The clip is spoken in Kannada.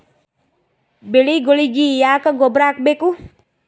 ಬೆಳಿಗೊಳಿಗಿ ಯಾಕ ಗೊಬ್ಬರ ಹಾಕಬೇಕು?